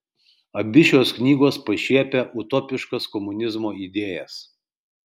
abi šios knygos pašiepia utopiškas komunizmo idėjas